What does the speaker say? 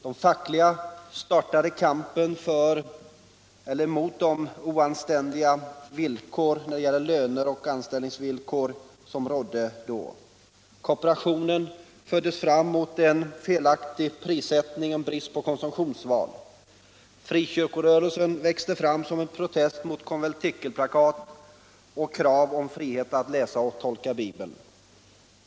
De fackliga startade kampen mot de oanständiga löneoch anställningsvillkor som rådde då. Kooperationen gick fram emot felaktig prissättning och brist på konsumtionsvaror. Frikyrkorörelsen växte fram som protest mot konventikelplakatet och förde fram krav på frihet att läsa och tolka Bibeln.